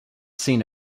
scene